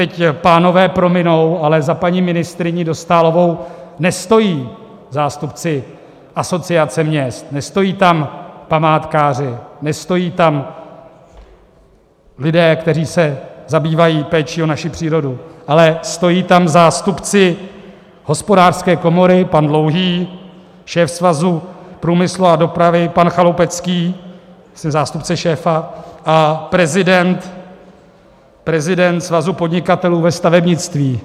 A teď pánové prominou, ale za paní ministryní Dostálovou nestojí zástupci Asociace měst, nestojí tam památkáři, nestojí tam lidé, kteří se zabývají péčí o naši přírodu, ale stojí tam zástupci Hospodářské komory pan Dlouhý, šéf Svazu průmyslu a dopravy pan Chaloupecký zástupce šéfa, a prezident Svazu podnikatelů ve stavebnictví.